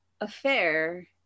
affair